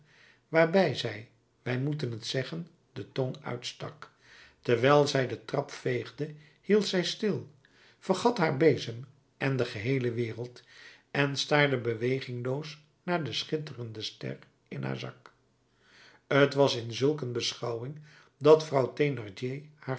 waarbij zij wij moeten t zeggen de tong uitstak terwijl zij de trap veegde hield zij stil vergat haar bezem en de geheele wereld en staarde bewegingloos naar de schitterende ster in haar zak t was in zulk een beschouwing dat